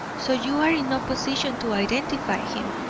so you are in no position to identify him?